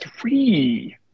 three